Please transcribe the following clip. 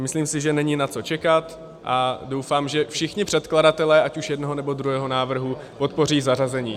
Myslím si, že není na co čekat, a doufám, že všichni předkladatelé ať už jednoho, nebo druhého návrhu podpoří zařazení.